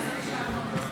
על הכול אני אספיק לענות.